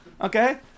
okay